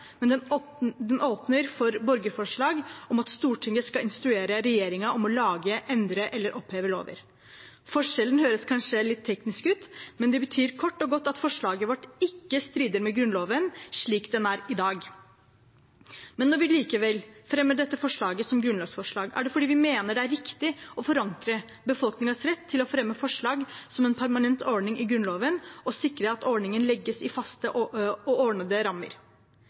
men den åpner for borgerforslag om at Stortinget skal instruere regjeringen om å lage, endre eller oppheve lover. Forskjellen høres kanskje litt teknisk ut, men det betyr kort og godt at forslaget vårt ikke strider mot Grunnloven slik den er i dag. Når vi likevel fremmer dette forslaget som grunnlovsforslag, er det fordi vi mener det er riktig å forankre befolkningens rett til å fremme forslag som en permanent ordning i Grunnloven og sikre at ordningen legges i faste og ordnede rammer.